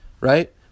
right